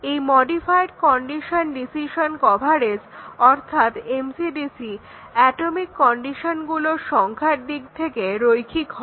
এই modified condition decision coverage অর্থাৎ MCDC atomic কন্ডিশনগুলোর সংখ্যার দিক দিয়ে রৈখিক হয়